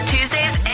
Tuesdays